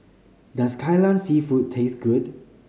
does Kai Lan Seafood taste good